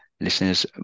listeners